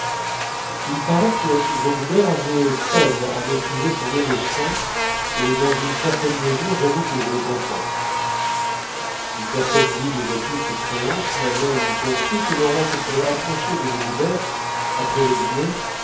il paraît que vaugoubert avait peine à maîtriser son émotion et dans une certaine mesure j'avoue que je le comprends une personne digne de toute créance m'a même confié que le roi se serait approché de vaugoubert après le dîner